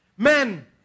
Men